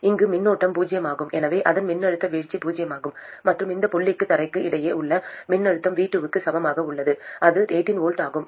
இங்கு மின்னோட்டம் பூஜ்ஜியமாகும் எனவே இதன் மின்னழுத்த வீழ்ச்சி பூஜ்ஜியமாகும் மற்றும் இந்த புள்ளிக்கும் தரைக்கும் இடையே உள்ள மின்னழுத்தம் V2 க்கு சமமாக உள்ளது இது 18 V ஆகும்